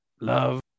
love